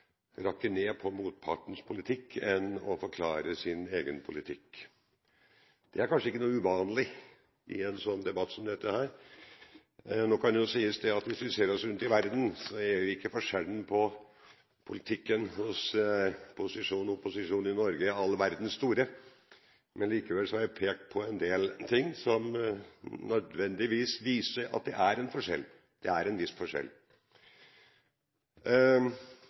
rakke ned på motpartens politikk enn å forklare sin egen politikk. Det er kanskje ikke noe uvanlig i en debatt som dette. Nå kan det jo sies at om vi ser oss om i verden, er ikke forskjellen på politikken hos posisjon og opposisjon i Norge all verdens stor. Likevel er det pekt på en del ting som nødvendigvis viser at det er en viss forskjell.